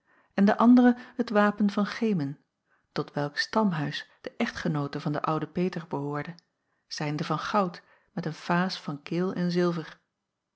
en de andere het wapen van gemen tot welk stamhuis de echtgenoote van den ouden peter behoorde zijnde van goud met een faas van keel en zilver